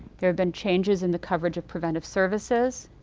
there have been changes in the coverage of preventive services,